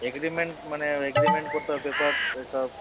agreement মানে agreement করতে হয় পেপার সেসব